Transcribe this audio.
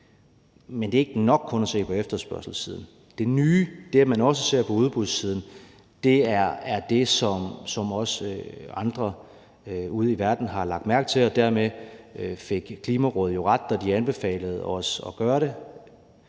Men det er ikke nok kun at se på efterspørgselssiden. Det nye er, at man også ser på udbudssiden. Det er det, som også andre ude i verden har lagt mærke til, og dermed fik Klimarådet jo ret, da de anbefalede os at gøre det.